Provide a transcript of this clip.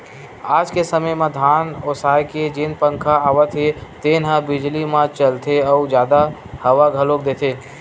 आज के समे म धान ओसाए के जेन पंखा आवत हे तेन ह बिजली म चलथे अउ जादा हवा घलोक देथे